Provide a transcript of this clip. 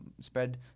spread